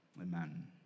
Amen